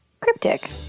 Cryptic